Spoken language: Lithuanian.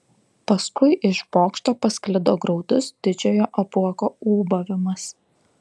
paskui iš bokšto pasklido graudus didžiojo apuoko ūbavimas